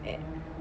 and